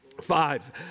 Five